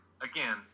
again